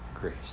grace